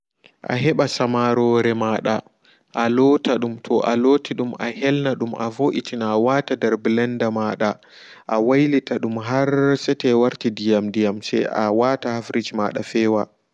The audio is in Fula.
A heɓa samarore mada alota dum toa loti dum ahelna dum a wo'itina a wata nder ɓlender mada awailita dum harr sete warti diya diyam heɓa fewa